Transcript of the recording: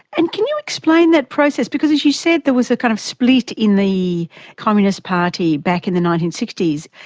and can you explain that process, because as you said, there was a kind of split in the communist party back in the nineteen sixty s.